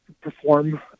perform